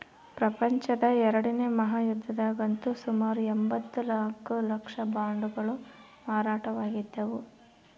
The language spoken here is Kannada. ಪ್ರಪಂಚದ ಎರಡನೇ ಮಹಾಯುದ್ಧದಗಂತೂ ಸುಮಾರು ಎಂಭತ್ತ ನಾಲ್ಕು ಲಕ್ಷ ಬಾಂಡುಗಳು ಮಾರಾಟವಾಗಿದ್ದವು